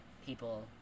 People